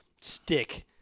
stick